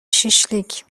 شیشلیک